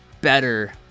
better